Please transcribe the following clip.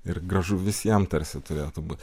ir gražu visiem tarsi turėtų būti